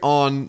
on